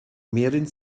mehren